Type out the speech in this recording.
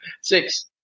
Six